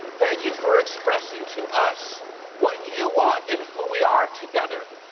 thank you for expressing to us what you want and who we are together.